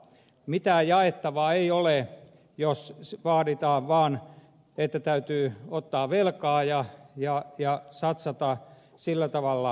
mitään jaettavaa ei ole jos vaaditaan vaan että täytyy ottaa velkaa ja satsata sillä tavalla hyvinvointipalveluihin